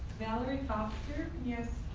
valerie foster. yes.